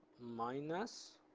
minus